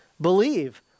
Believe